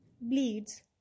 Bleeds